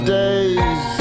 days